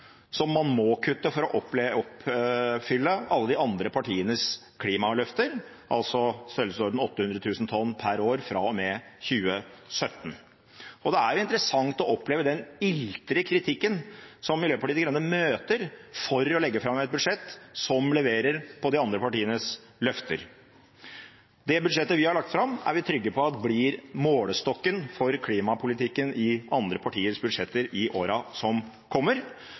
som man må kutte for å oppfylle alle de andre partienes klimaløfter, altså i størrelsesorden 800 000 tonn per år fra og med 2017. Det er interessant å oppleve den iltre kritikken som Miljøpartiet De Grønne møter for å legge fram et budsjett som leverer når det gjelder de andre partienes løfter. Det budsjettet vi har lagt fram, er vi trygge på blir målestokken for klimapolitikken i andre partiers budsjetter i årene som kommer.